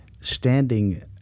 standing